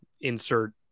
insert